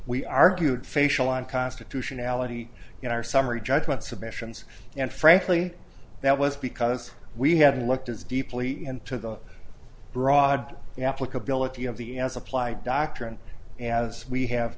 we argued facial unconstitutionality in our summary judgment submissions and frankly that was because we had looked as deeply into the broad applicability of the as applied doctrine as we have